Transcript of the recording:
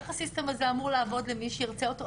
איך הסיסטם הזה אמור לעבוד למי שירצה אותו?